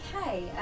Okay